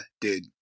dude